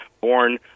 born